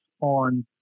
on